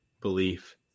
belief